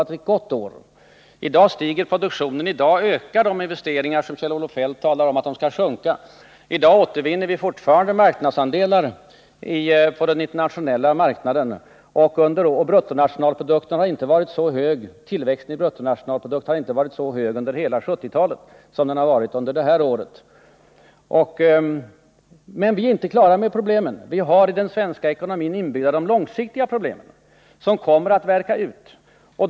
I dag stiger produktionen, i dag ökar de investeringar som Kjell-Olof Feldt säger skall sjunka, i dag återvinner vi fortfarande marknadsandelar på den internationella marknaden, och tillväxten i bruttonationalprodukten har inte under hela 1970-talet varit så hög som under det här året. Men vi är inte klara med problemen. Vi har att brottas med de i den svenska ekonomin inbyggda långsiktiga problemen, som kommer att värka ut.